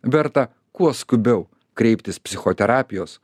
verta kuo skubiau kreiptis psichoterapijos